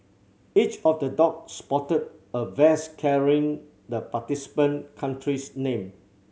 each of the dog sported a vest carrying the participating country's name